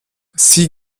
sie